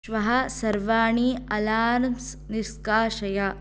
श्वः सर्वाणि अलार्मस् निष्कासय